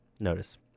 notice